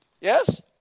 Yes